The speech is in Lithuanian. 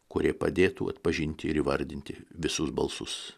kurie padėtų atpažinti ir įvardinti visus balsus